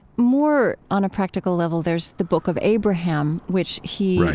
more, on a practical level, there's the book of abraham, which he, right,